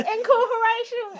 Incorporation